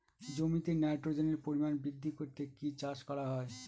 জমিতে নাইট্রোজেনের পরিমাণ বৃদ্ধি করতে কি চাষ করা হয়?